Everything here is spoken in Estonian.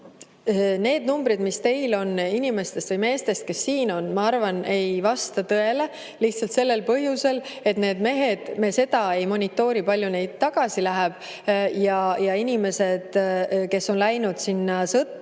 Need numbrid, mis teil on inimestest või meestest, kes siin on, ma arvan, ei vasta tõele lihtsalt sellel põhjusel, et me seda ei monitoori, kui palju neid mehi tagasi läheb. Ja neid mehi on ka, kes on läinud sinna sõtta